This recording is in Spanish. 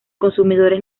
consumidores